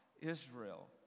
Israel